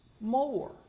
more